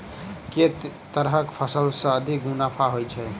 केँ तरहक फसल सऽ अधिक मुनाफा होइ छै?